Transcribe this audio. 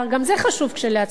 גם זה חשוב כשלעצמו,